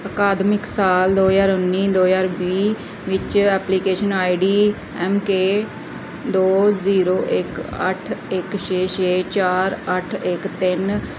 ਅਕਾਦਮਿਕ ਸਾਲ ਦੋ ਹਜ਼ਾਰ ਉੱਨੀ ਦੋ ਹਜ਼ਾਰ ਵੀਹ ਵਿੱਚ application I D M K ਦੋ ਜ਼ੀਰੋ ਇੱਕ ਅੱਠ ਇੱਕ ਛੇ ਛੇ ਚਾਰ ਅੱਠ ਇੱਕ ਤਿੰਨ